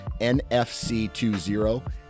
NFC20